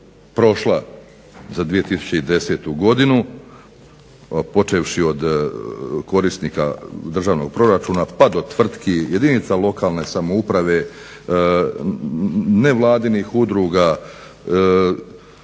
za 2010. godinu počevši od korisnika državnog proračuna, pa do tvrtki, jedinica lokalne samouprave, nevladinih udruga.